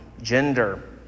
gender